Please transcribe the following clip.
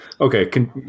Okay